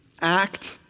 act